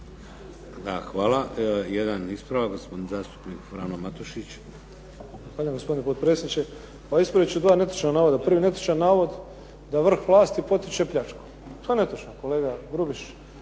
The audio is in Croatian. Hvala. Jedan ispravak gospodin zastupnik Frano Matušić. **Matušić, Frano (HDZ)** Hvala gospodine potpredsjedniče. Pa ispravit ću dva netočna navoda. Prvi netočan navod da vrh vlasti potiče pljačku. To je netočno kolega Grubišić.